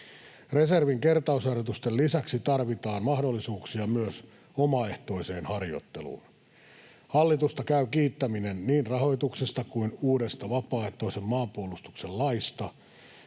Reservin kertausharjoitusten lisäksi tarvitaan mahdollisuuksia myös omaehtoiseen harjoitteluun. Hallitusta käy kiittäminen niin rahoituksesta kuin uudesta vapaaehtoisen maanpuolustuksen laista,